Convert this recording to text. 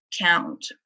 count